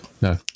no